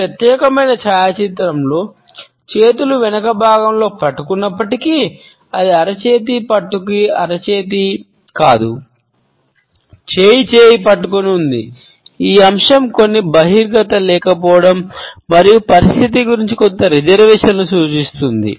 ఈ ప్రత్యేకమైన ఛాయాచిత్రంలో చేతులు వెనుకభాగంలో పట్టుకున్నప్పటికీ అది అరచేతి పట్టుకు అరచేతి సూచిస్తుంది